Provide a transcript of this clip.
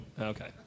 Okay